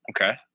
Okay